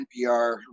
NPR